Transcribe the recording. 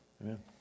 Amen